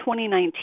2019